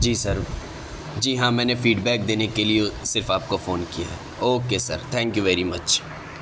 جی sir جی ہاں میں نے فیڈبیک دینے کے لیے صرف آپ کو فون کیا ہے okay sir thank you very much